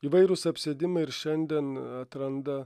įvairūs apsėdimai ir šiandien atranda